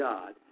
God